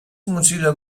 mozilla